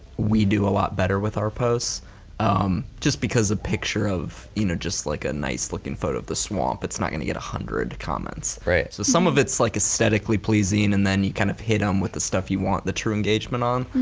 we do a lot better with our posts just because a picture of you know like a nice looking photo of the swamp, it's not gonna get one hundred comments. so some of it's like aesthetically pleasing and then you kind of hit em with the stuff you want the true engagement on.